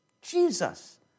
Jesus